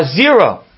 zero